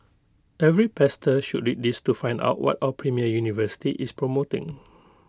every pastor should read this to find out what our premier university is promoting